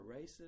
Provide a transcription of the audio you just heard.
racist